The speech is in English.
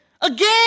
Again